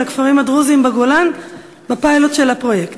הכפרים הדרוזיים בגולן בפיילוט של הפרויקט.